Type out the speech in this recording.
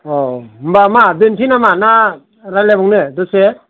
औ होमबा मा दोनसै नामा ना रायलायबावनो दसे